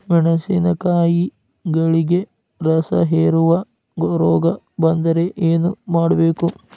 ಮೆಣಸಿನಕಾಯಿಗಳಿಗೆ ರಸಹೇರುವ ರೋಗ ಬಂದರೆ ಏನು ಮಾಡಬೇಕು?